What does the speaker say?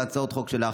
בהצעות חוק שלך.